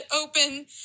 open